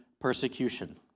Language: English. persecution